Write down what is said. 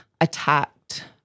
attacked